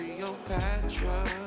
Cleopatra